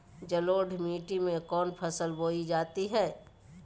जलोढ़ मिट्टी में कौन फसल बोई जाती हैं?